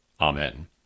Amen